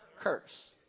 curse